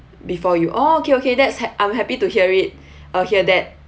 before you oh okay okay that's hap~ I'm happy to hear it uh hear that